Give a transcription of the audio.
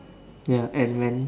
ya and when